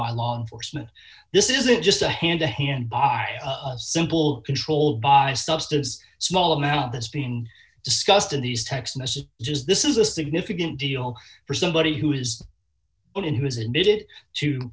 by law enforcement this isn't just a hand to hand by simple controlled substance small amount that's being discussed in these text messages just this is a significant deal for somebody who is in who is in it it to